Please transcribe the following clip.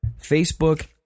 facebook